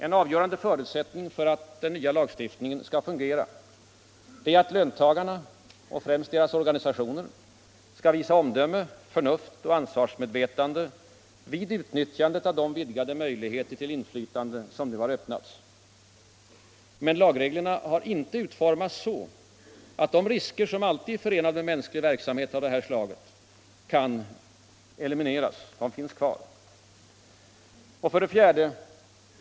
En avgörande förutsättning för att den nya arbetsrättslagstiftningen skall fungera är att löntagarna, och främst deras organisationer, skall visa omdöme, förnuft och ansvarsmedvetande vid utnyttjandet av de vidgade möjligheter till inflytande som nu har öppnats. Men lagreglerna har inte utformats så att de risker som alltid är förenade med mänsklig verksamhet av det här slaget kan elimineras; de finns kvar. 4.